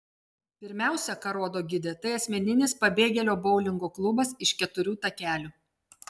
pirmiausia ką rodo gidė tai asmeninis pabėgėlio boulingo klubas iš keturių takelių